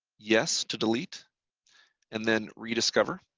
yes to delete and then rediscover.